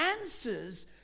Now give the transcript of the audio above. answers